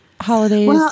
holidays